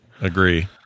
agree